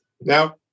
Now